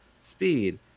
speed